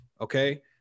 okay